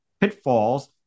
pitfalls